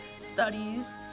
studies